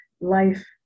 life